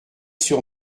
sur